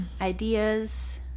Ideas